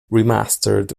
remastered